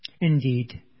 Indeed